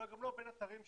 אבל גם לא בין אתרים שונים.